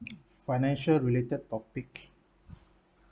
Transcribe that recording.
financial related topic